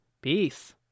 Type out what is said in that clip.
Peace